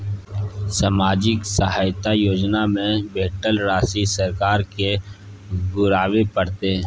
सामाजिक सहायता योजना में भेटल राशि सरकार के घुराबै परतै?